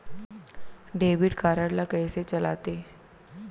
Debit card ला कइसे चलाते?